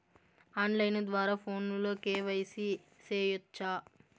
on line ద్వారా ఫోనులో KYC సేయొచ్చా